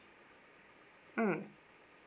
mm